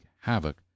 havoc